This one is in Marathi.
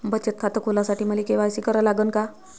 बचत खात खोलासाठी मले के.वाय.सी करा लागन का?